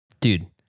Dude